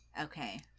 Okay